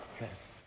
Yes